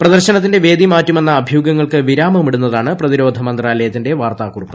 പ്രദർശനത്തിന്റെ വേദി മാറ്റുമെന്ന അഭ്യൂഹങ്ങൾക്ക് വിരാമമിടുന്നതാണ് പ്രതിരോധ മന്ത്രാലയത്തിന്റെ വാർത്താ കുറിപ്പ്